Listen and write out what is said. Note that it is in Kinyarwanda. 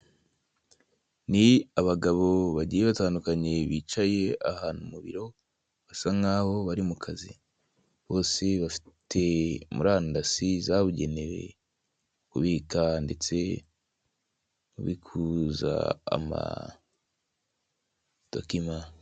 Ni abagabo bagiye batandukanye bicaye ahantu mu biro basa nkaho bari mukazi, bose bafite murandasi zabugenewe kubika ndetse kubikuza amadokima.